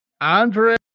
andre